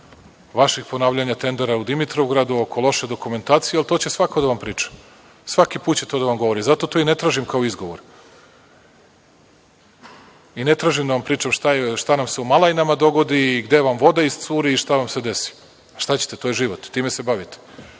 vašeg ponavljanja tendera u Dimitrovgradu, oko loše dokumentacije, ali to će svako da vam priča, svaki put će to da vam govori. Zato to i ne tražim kao izgovor i ne tražim da vam pričam šta nam se u Malajnama dogodi i gde vam voda iscuri i šta vam se desi. Šta ćete, to je život, time se bavite.